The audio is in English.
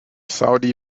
saudi